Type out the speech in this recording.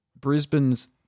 Brisbane's